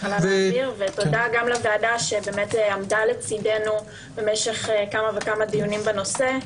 תודה גם לוועדה שעמדה לצדנו במשך כמה וכמה דיונים בנושא.